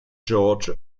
george